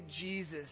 Jesus